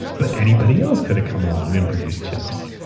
but anybody else could've come along and produce chips,